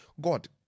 God